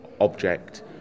object